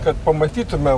kad pamatytumėm